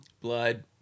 blood